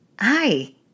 hi